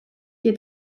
est